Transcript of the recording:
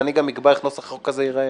ואני גם אקבע איך נוסח החוק הזה ייראה.